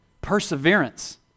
Perseverance